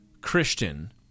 Christian